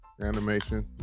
Animation